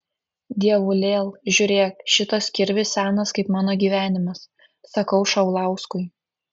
dievulėl žiūrėk šitas kirvis senas kaip mano gyvenimas sakau šaulauskui